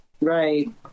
Right